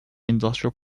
industrial